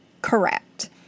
Correct